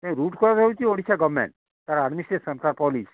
ଏ root cause ହେଉଛି Odisha government ତା' administration ତା' ପୋଲିସ୍